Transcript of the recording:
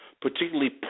particularly